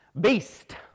Beast